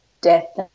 death